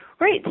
Right